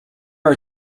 are